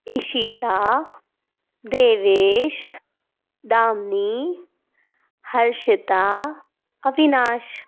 Ishita Devesh Damini Harshita Avinash